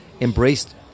embraced